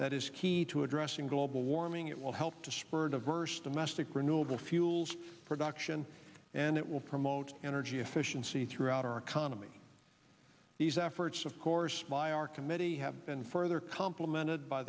is key to addressing global warming it will help to spur diverse domestic renewable fuels production and it will promote energy efficiency throughout our economy these efforts of course by our committee have been further complemented by